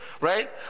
right